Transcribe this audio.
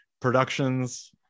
productions